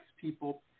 people